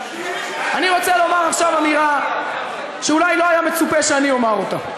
אני רוצה לומר עכשיו אמירה שאולי לא היה מצופה שאני אומר אותה.